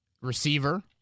receiver